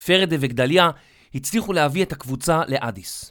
פרדה וגדליה הצליחו להביא את הקבוצה לאדיס.